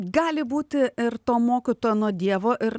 gali būti ir to mokytojo nuo dievo ir